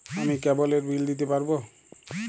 আমি কেবলের বিল দিতে পারবো?